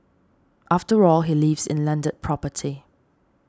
after all he lives in landed property